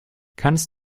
kannst